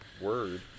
word